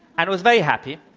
and it was very happy.